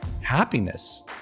happiness